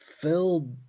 filled